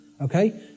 Okay